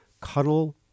Cuddle